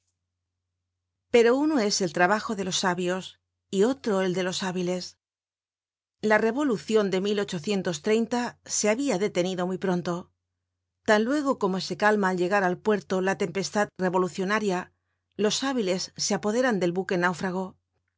pero uno es el trabajo de los sabios y otro el de los hábiles la revolucion de se habia detenido muy pronto tan luego como se calma al llegar al puerto la tempestad revolucionaria los hábiles se apoderan del buque náufrago